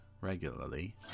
regularly